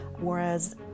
Whereas